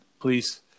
please